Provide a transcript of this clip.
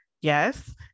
yes